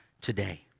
today